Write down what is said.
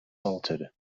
salted